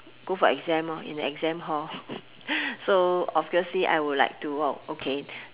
go for exam lor in the exam hall so obviously I would like to oh okay